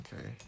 okay